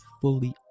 fully